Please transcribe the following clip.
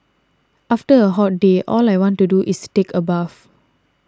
after a hot day all I want to do is take a bath